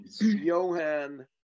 Johan